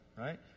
right